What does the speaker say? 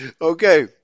Okay